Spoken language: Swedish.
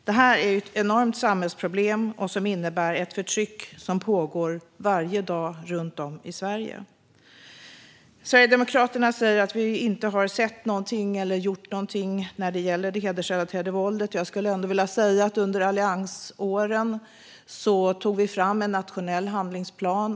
Detta är ett enormt samhällsproblem som innebär ett förtryck som pågår varje dag runt om i Sverige. Sverigedemokraterna säger att vi inte har sett någonting eller gjort någonting när det gäller det hedersrelaterade våldet. Jag skulle ändå vilja säga att vi under alliansåren tog fram en nationell handlingsplan.